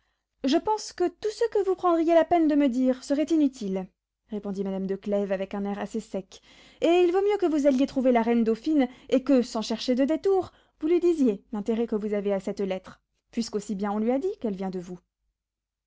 je pense que tout ce que vous prendriez la peine de me dire serait inutile répondit madame de clèves avec un air assez sec et il vaut mieux que vous alliez trouver la reine dauphine et que sans chercher de détours vous lui disiez l'intérêt que vous avez à cette lettre puisque aussi bien on lui a dit qu'elle vient de vous